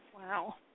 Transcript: Wow